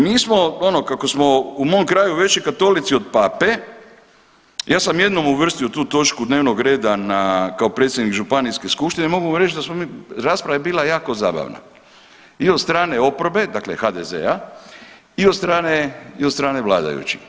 Mi smo ono kako smo u mom kraju već katolici od pape ja sam jednom uvrstio tu točku dnevnog reda na, kao predsjednik županijske skupštine mogu vam reći da smo mi, rasprava je bila jako zabavna i od strane oporbe dakle HDZ-a i od strane i od strane vladajućih.